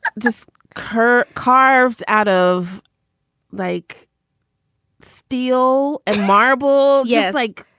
just her carved out of like steel and marble. yeah. like,